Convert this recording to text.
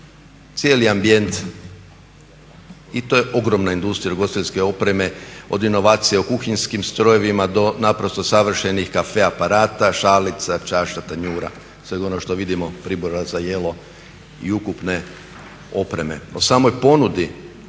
cijeli ambijent. I to je ogromna industrija ugostiteljske opreme, od inovacija u kuhinjskim strojevima do naprosto savršenih caffee aparata, šalica, čaša, tanjura, sveg onog što vidimo, pribora za jelo i ukupne opreme. O samoj ponudi